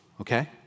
Okay